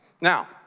Now